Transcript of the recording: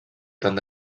tant